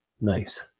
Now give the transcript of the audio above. Nice